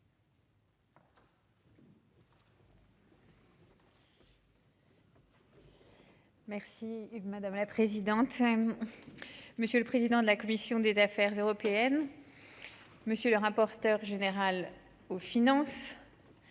Merci madame la présidente. Monsieur le président de la commission des Affaires européennes. Monsieur le rapporteur général aux finances.